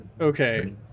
Okay